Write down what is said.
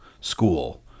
School